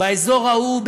באזור ההוא,